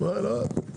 בסדר.